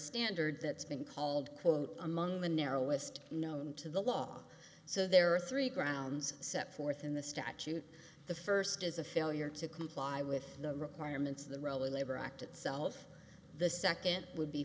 standard that's been called quote among the narrowest known to the law so there are three grounds sept fourth in the statute the first is a failure to comply with the requirements of the role in labor act itself the second would be